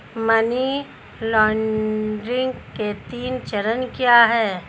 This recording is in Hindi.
मनी लॉन्ड्रिंग के तीन चरण क्या हैं?